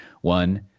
One